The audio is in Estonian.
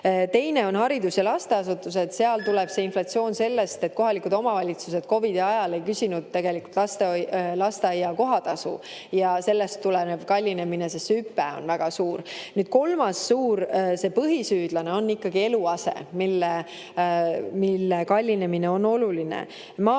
Teine on haridus ja lasteasutused. Seal tuleb see inflatsioon sellest, et kohalikud omavalitsused COVID‑i ajal ei küsinud lasteaia kohatasu ja sellest tuleneb kallinemine, sest see hüpe on väga suur. Kolmas suur põhisüüdlane on ikkagi eluase, mille kallinemine on oluline. Maagaas,